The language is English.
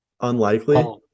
unlikely